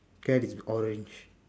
cat is orange